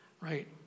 Right